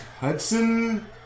Hudson